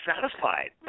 satisfied